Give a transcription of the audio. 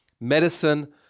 medicine